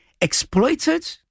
exploited